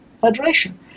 Federation